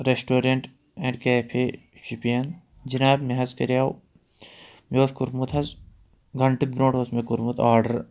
restaurant and cafe Shopian جناب مےٚ حظ کریاو مےٚ اوس کوٚرمُت حظ گنٹہٕ برٛونٛٹھ اوس مےٚ کوٚرمُت آرڈر